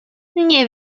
nie